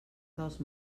dels